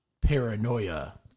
Paranoia